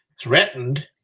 threatened